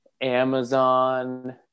Amazon